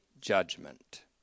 judgment